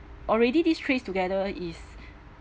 already this tracetogether is